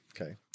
Okay